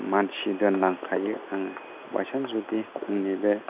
मानसि दोनलांखायो आङो बायसान्स जुदि आंनि बे